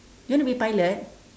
you want to be a pilot